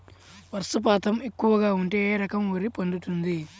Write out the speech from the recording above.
వర్షపాతం ఎక్కువగా ఉంటే ఏ రకం వరి పండుతుంది?